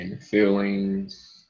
feelings